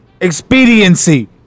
Expediency